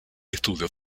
estudio